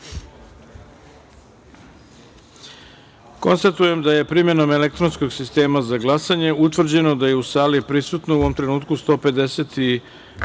glasanje. Konstatujem da je primenom elektronskog sistema za glasanje utvrđeno da je u sali prisutno u ovom trenutku 158